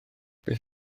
beth